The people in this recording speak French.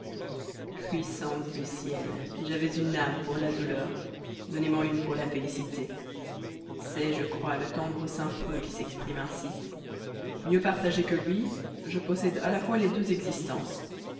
puissances du ciel j'avais une âme pour la douleur donnez men une pour la félicité c'est je crois le tendre saint preux qui s'exprime ainsi mieux partagé que lui je possède à la fois les deux existences